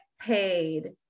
paid